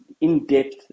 in-depth